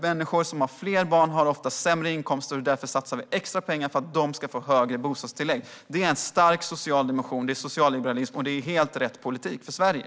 Människor som har flera barn har oftast lägre inkomster, och därför satsar vi extra pengar på att de ska få högre bostadstillägg. Det är en stark social dimension, det är socialliberalism och det är helt rätt politik för Sverige.